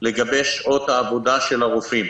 לגבי שעות העבודה של הרופאים.